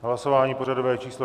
Hlasování pořadové číslo 244.